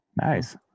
Nice